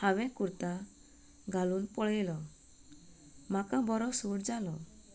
हांवे कुर्ता घालून पळयलो म्हाका बरो सूट जालो